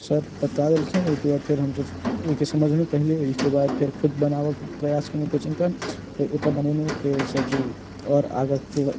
sir बता देलखिन ओइके बाद फेर हमसब ओइके समझबै पहिले ओइके बाद फेर खुद बनाबेके प्रयास केलहुँ क्वेस्चनके फेर ओतऽ बनेलहुँ फेर सर जी आओर आगाँ